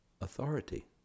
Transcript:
authority